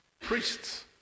priests